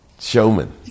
showman